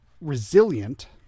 resilient